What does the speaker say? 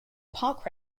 park